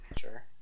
Sure